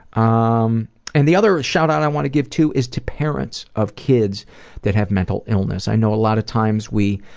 um and the other shout out i want to give is to parents of kids that have mental illness. i know a lot of times we